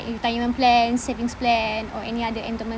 any retirement plan savings plan or any other endowment